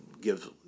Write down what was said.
gives